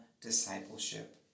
discipleship